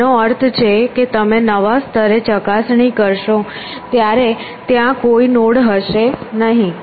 તેનો અર્થ છે કે તમે નવા સ્તરે ચકાસણી કરશો ત્યારે ત્યાં કોઈ નોડ હશે નહીં